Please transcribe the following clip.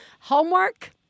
Homework